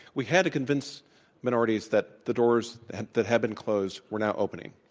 we had to convince minorities that the doors and that had been closed were now opening.